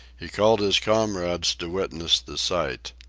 he called his comrades to witness the sight.